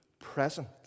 present